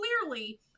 clearly